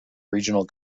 regional